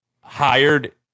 hired